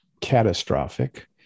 catastrophic